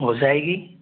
हो जाएगी